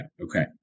Okay